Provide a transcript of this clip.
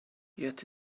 yet